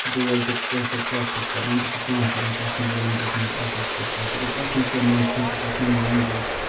بہٕ ییٚلہِ تہِ کٲنٛسہِ سۭتۍ کَتھ چھُس کَران بہٕ چھُس پانہٕ کَران کشمیری لنٛگویج منٛز اکھ أکِس سۭتۍ کَتھ تِکیٛازِ اتھ منٛز کیٛاہ منٛدٕچھُن یہِ چھِ اسہِ پنٕنۍ لنٛگویج